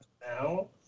now